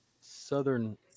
southern